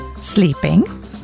sleeping